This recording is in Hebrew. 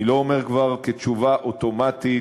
אני לא אומר כבר כתשובה אוטומטית,